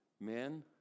Men